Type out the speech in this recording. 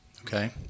okay